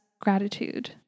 gratitude